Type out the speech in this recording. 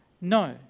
no